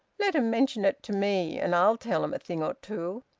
let em mention it to me, and i'll tell em a thing or two!